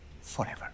forever